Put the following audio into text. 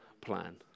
plan